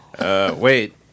Wait